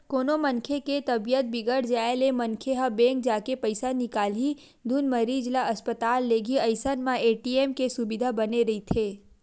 कोनो मनखे के तबीयत बिगड़ जाय ले मनखे ह बेंक जाके पइसा निकालही धुन मरीज ल अस्पताल लेगही अइसन म ए.टी.एम के सुबिधा बने रहिथे